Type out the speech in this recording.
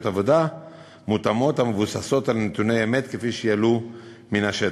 עבודה מותאמות המבוססות על נתוני אמת שיעלו מן השטח.